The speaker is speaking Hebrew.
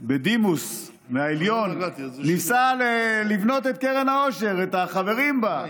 בדימוס מהעליון ניסה לבנות את קרן העושר,